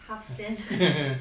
half cent